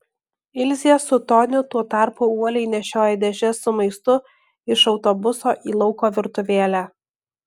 ilzė su toniu tuo tarpu uoliai nešiojo dėžes su maistu iš autobuso į lauko virtuvėlę